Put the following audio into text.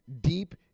deep